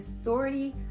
authority